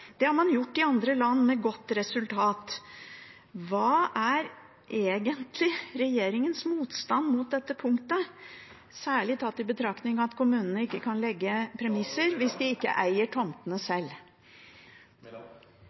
Det har man gjort i andre land med godt resultat. Hva er egentlig regjeringens motstand mot dette punktet, særlig tatt i betraktning at kommunene ikke kan legge premisser hvis de ikke eier tomtene